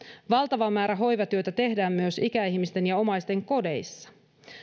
valtava määrä hoivatyötä tehdään myös ikäihmisten ja omaisten kodeissa